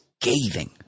scathing